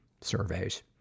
surveys